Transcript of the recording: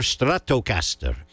Stratocaster